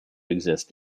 exist